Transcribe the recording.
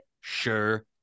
Sure